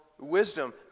Wisdom